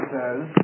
says